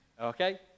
Okay